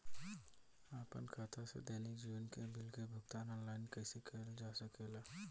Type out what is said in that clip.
आपन खाता से दैनिक जीवन के बिल के भुगतान आनलाइन कइल जा सकेला का?